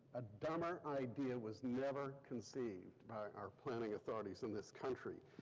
a dumber idea was never conceived by our planning authorities in this country.